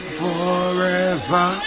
forever